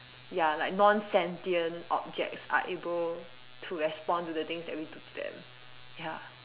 ya like non sentient objects are able to respond to the things that we do to them ya